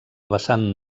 vessant